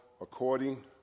according